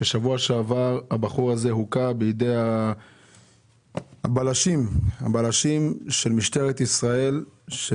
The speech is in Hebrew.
בשבוע שעבר הבחור הזה הוכה בידי הבלשים של משטרת ישראל.